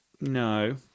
No